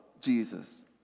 Jesus